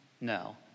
no